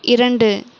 இரண்டு